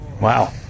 Wow